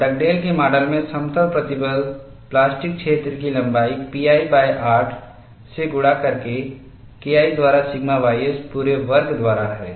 और डगडेल के माडल में समतल प्रतिबल प्लास्टिक क्षेत्र की लंबाई pi8 से गुणा करके KI द्वारा सिग्मा ys पूरे वर्ग द्वारा है